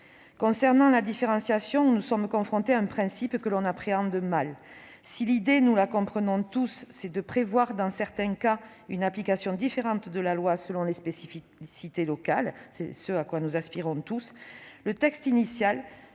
Concernant la différenciation, nous sommes confrontés à un principe que l'on appréhende mal. Si l'idée, que nous comprenons tous, est bien de prévoir dans certains cas une application différente de la loi selon les spécificités locales, ce à quoi nous aspirons tous, le texte initial